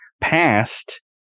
passed